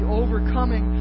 overcoming